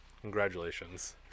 congratulations